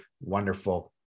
wonderful